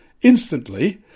instantly